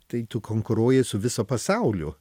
tai tu konkuruoji su visu pasauliu